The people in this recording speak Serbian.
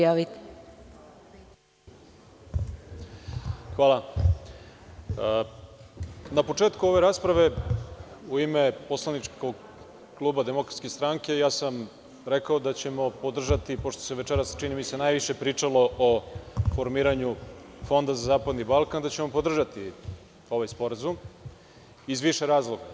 Na početku ove rasprave, u ime Poslaničkog kluba DS, sam rekao da ćemo podržati, pošto se večeras, čini mi se, najviše pričalo o formiranju fonda za zapadni Balkan, da ćemo podržati ovaj sporazum iz više razloga.